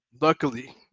luckily